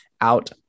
out